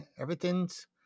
everything's